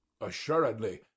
Assuredly